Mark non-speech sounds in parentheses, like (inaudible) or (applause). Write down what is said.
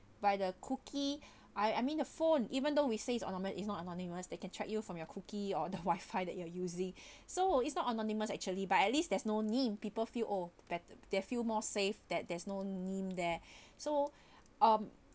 by the cookie (breath) I I mean the phone even though we says anonymous is not anonymous they can track you from your cookie or (laughs) the wifi that you are using (breath) so it's not anonymous actually but at least there is no name people feel oh bet~ they feel more safe that there's no name there (breath) so (breath) um